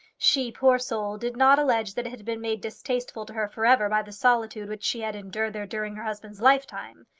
she, poor soul, did not allege that it had been made distasteful to her for ever by the solitude which she had endured there during her husband's lifetime!